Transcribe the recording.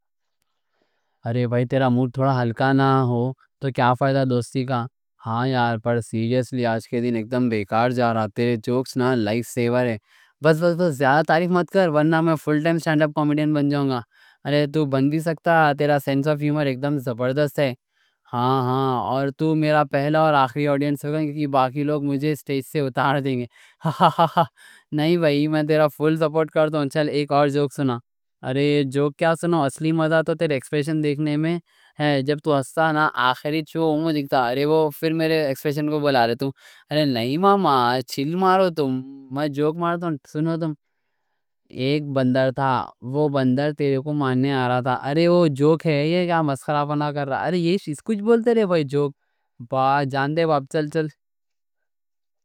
ارے بھائی، تیرا موڈ تھوڑا ہلکا نہ ہو تو کیا فائدہ دوستی کا؟ ہاں یار، پر سیریسلی، آج کے دن اکتم بیکار جا رہا۔ تیرے جوکس نا لائف سیور ہے، بس بس بس، زیادہ تعریف مت کر۔ ورنہ میں فل ٹائم سٹینڈ اپ کومیڈین بن جاؤں گا۔ ارے تُو بن بھی سکتا، تیرا سینس آف ہیومر اکتم زبردست ہے۔ ہاں ہاں، اور تُو میرا پہلا اور آخری آڈینس ہوگا، کیا باقی لوگ مجھے سٹیج سے اتار دیں گے؟ ہاں ہاں ہاں ہاں، نہیں بھائی، میں تیرا فل سپورٹ کرتا ہوں۔ چل، ایک اور جوک سنا۔ ارے جوک کیا سنو، اصلی مزہ تو تیرے ایکسپریشن دیکھنے میں، جب تُو ہستا نا، آخری چھوہ ہوں، مجھے جگتا۔ ارے وہ پھر میرے ایکسپریشن کو بلا رہے تُو؟ ارے نہیں ماما، چل مارو تُو۔ میں جوک مارتا ہوں، سنو: تُم ایک بندر تھا، وہ بندر تیرے کو مارنے آ رہا تھا۔ ارے وہ جوک ہے؟ یہ کیا مسخرہ بنا کر رہا ہے؟ ارے یہ اس کو بولتے رہے بھائی، جوک باہر جان دے، باہر چل چل۔